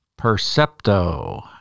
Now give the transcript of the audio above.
Percepto